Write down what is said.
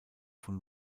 von